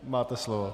Máte slovo.